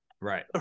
Right